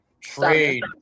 trade